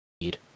need